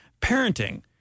Parenting